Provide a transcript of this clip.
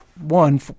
one